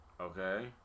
okay